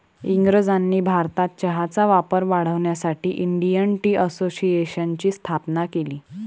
इंग्रजांनी भारतात चहाचा वापर वाढवण्यासाठी इंडियन टी असोसिएशनची स्थापना केली